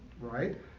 right